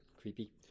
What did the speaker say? creepy